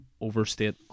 overstate